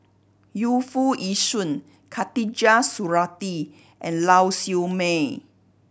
Yu Foo Yee Shoon Khatijah Surattee and Lau Siew Mei